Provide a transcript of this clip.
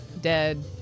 dead